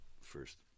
first